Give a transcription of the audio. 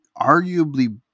Arguably